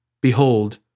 Behold